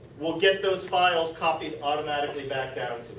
will get those files copied automatically back down